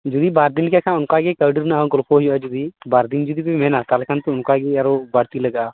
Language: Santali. ᱡᱩᱫᱤ ᱵᱟᱨ ᱫᱤᱱ ᱜᱮ ᱠᱷᱟᱱ ᱫᱚ ᱚᱱᱠᱟ ᱜᱮ ᱠᱟᱹᱣᱰᱤ ᱨᱮᱱᱟᱜ ᱦᱚᱸ ᱜᱚᱞᱯᱚ ᱦᱩᱭᱩᱜᱼᱟ ᱡᱩᱫᱤ ᱵᱟᱨ ᱫᱤᱱ ᱡᱩᱫᱤ ᱵᱤᱱ ᱢᱮᱱᱟ ᱛᱟᱦᱚᱞᱮ ᱠᱷᱟᱱ ᱚᱱᱠᱟᱜᱮ ᱟᱨᱚ ᱵᱟᱹᱲᱛᱤ ᱞᱟᱜᱟᱜᱼᱟ